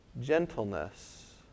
gentleness